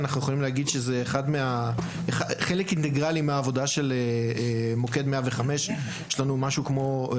אנחנו יכולים להגיד שזה חלק אינטגרלי מהעבודה של מוקד 105. כ-12%